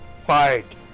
fight